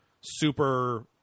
super